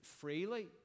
freely